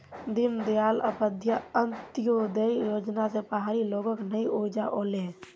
दीनदयाल उपाध्याय अंत्योदय योजना स पहाड़ी लोगक नई ऊर्जा ओले